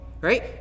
Right